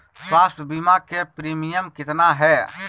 स्वास्थ बीमा के प्रिमियम कितना है?